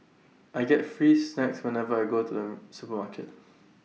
I get free snacks whenever I go to the supermarket